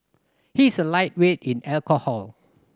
he is a lightweight in alcohol